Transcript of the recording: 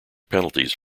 penalties